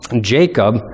Jacob